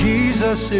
Jesus